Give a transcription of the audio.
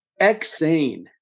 Xane